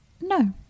No